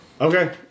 Okay